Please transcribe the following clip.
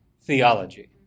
theology